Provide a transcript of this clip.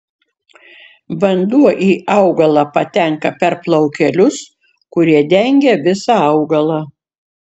vanduo į augalą patenka per plaukelius kurie dengia visą augalą